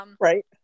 right